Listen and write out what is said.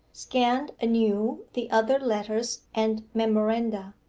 scanned anew the other letters and memoranda,